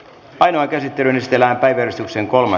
ainakin yhdistellä päivystyksen kolme